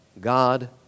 God